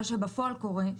מה שבפועל קורה,